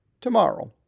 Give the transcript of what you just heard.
tomorrow